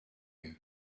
lieu